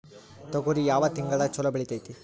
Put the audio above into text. ತೊಗರಿ ಯಾವ ತಿಂಗಳದಾಗ ಛಲೋ ಬೆಳಿತೈತಿ?